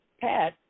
Pat